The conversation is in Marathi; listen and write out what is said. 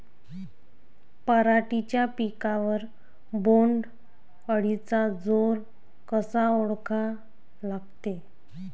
पराटीच्या पिकावर बोण्ड अळीचा जोर कसा ओळखा लागते?